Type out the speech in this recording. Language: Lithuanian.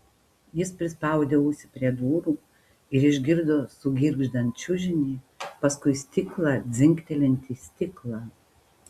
jis prispaudė ausį prie durų ir išgirdo sugirgždant čiužinį paskui stiklą dzingtelint į stiklą